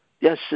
Yes